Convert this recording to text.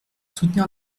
soutenir